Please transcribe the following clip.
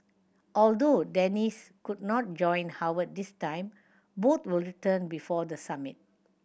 although Dennis could not join Howard this time both will return before the summit